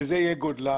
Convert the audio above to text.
וזה יהיה גודלה.